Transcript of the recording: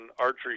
archery